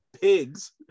pigs